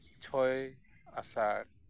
ᱪᱷᱚᱭ ᱟᱥᱟᱲ